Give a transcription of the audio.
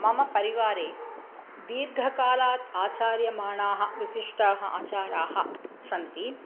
मम परिवारे दीर्घकालात् आचार्यमाणाः विशिष्टाः आचाराः सन्ति